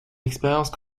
expérience